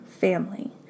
family